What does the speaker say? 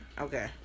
Okay